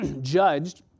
judged